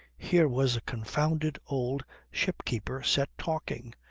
here was a confounded old ship-keeper set talking.